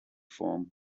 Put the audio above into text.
form